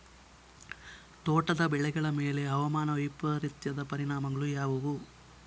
ತೋಟದ ಬೆಳೆಗಳ ಮೇಲೆ ಹವಾಮಾನ ವೈಪರೀತ್ಯದ ಪರಿಣಾಮಗಳು ಯಾವುವು?